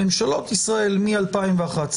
ממשלות ישראל מ-2011,